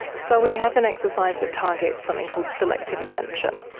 so we have an exercise that targets something called selective attention,